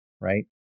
right